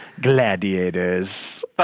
Gladiators